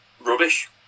Rubbish